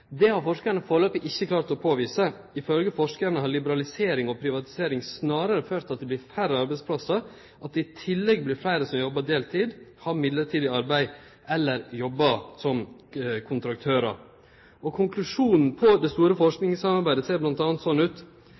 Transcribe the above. Det har forskarane enno ikkje klart å påvise. Ifølgje forskarane har liberalisering og privatisering snarare ført til at det vert færre arbeidsplassar, at det i tillegg vert fleire som jobbar deltid, har mellombels arbeid eller jobbar som kontraktørar. Konklusjonen på det store forskingssamarbeidet ser bl.a. sånn ut: